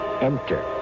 enter